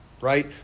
right